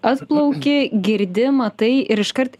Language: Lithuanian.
atplauki girdi matai ir iškart